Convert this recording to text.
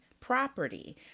property